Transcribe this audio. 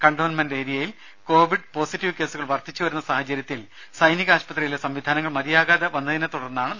cantonment ഏരിയയിൽ Covid positive കേസുകൾ വർധിച്ചുവരുന്ന സാഹചര്യത്തിൽ സൈനിക ആശുപത്രിയിലെ സംവിധാനങ്ങൾ മതിയാകാതെ വന്നതിനെ തുടർന്നാണ് നടപടി